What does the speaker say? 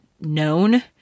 known